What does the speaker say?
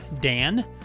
Dan